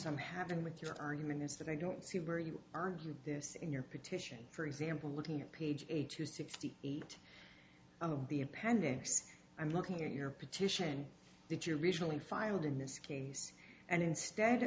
i'm having with your argument is that i don't see where you argued this in your petition for example looking at page eight to sixty eight the appendix i'm looking at your petition did you originally filed in this case and instead